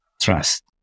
trust